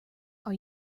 are